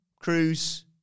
Cruz